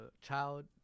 child